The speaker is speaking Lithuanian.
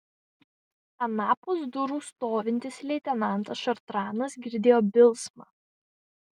anapus durų stovintis leitenantas šartranas girdėjo bilsmą